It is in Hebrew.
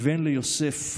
כבן ליוסף,